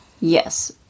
Yes